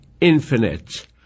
infinite